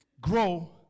grow